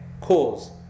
Cause